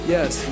Yes